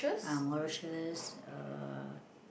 ah Mauritius uh